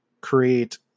create